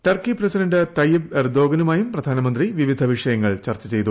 Turkey president Tayyip എർദോഗനുമായും പ്രധാനമന്ത്രി വിവിധ വിഷ്ടയങ്ങൾ ചർച്ച ചെയ്തു